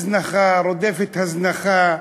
הזנחה רודפת הזנחה,